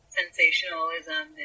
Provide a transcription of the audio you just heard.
sensationalism